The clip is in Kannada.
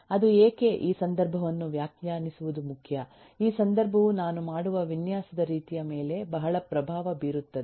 ಅದು ಏಕೆ ಈ ಸಂದರ್ಭವನ್ನು ವ್ಯಾಖ್ಯಾನಿಸುವುದು ಮುಖ್ಯ ಈ ಸಂದರ್ಭವು ನಾನು ಮಾಡುವ ವಿನ್ಯಾಸದ ರೀತಿಯ ಮೇಲೆ ಬಹಳ ಪ್ರಭಾವ ಬೀರುತ್ತದೆ